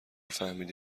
فهمیدی